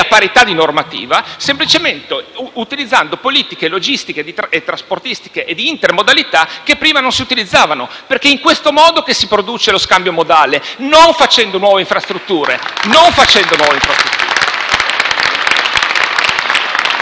e di normativa, semplicemente utilizzando politiche logistiche, trasportistiche e di intermodalità che prima non si utilizzavano. È in questo modo che si produce lo scambio nodale, non facendo nuove infrastrutture. *(Applausi dal Gruppo